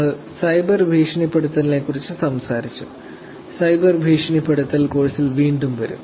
നമ്മൾ സൈബർ ഭീഷണിപ്പെടുത്തലിനെക്കുറിച്ച് സംസാരിച്ചു സൈബർ ഭീഷണിപ്പെടുത്തൽ കോഴ്സിൽ വീണ്ടും വരും